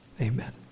Amen